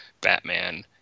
Batman